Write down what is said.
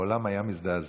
העולם היה מזדעזע,